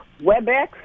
WebEx